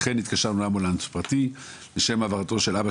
התקשרנו לאמבולנס פרטי לשם העברת אבי